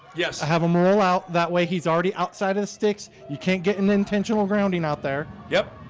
yes. i have a mole out that way. he's already outside of the sticks you can't get an intentional grounding out there. yep